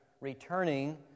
returning